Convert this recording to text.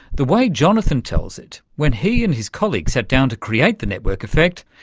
the way jonathan tells it, when he and his colleague sat down to create the network effect,